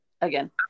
again